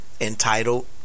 entitled